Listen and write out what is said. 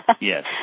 Yes